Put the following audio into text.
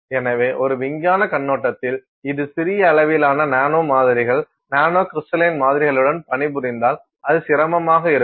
எனவே ஒரு விஞ்ஞான கண்ணோட்டத்தில் இது சிறிய அளவிலான நானோ மாதிரிகள் நானோகிரிஸ்டலின் மாதிரிகளுடன் பணிபுரிந்தால் அது சிரமமாக இருக்கும்